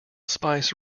spice